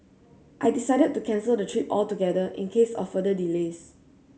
I decided to cancel the trip altogether in case of further delays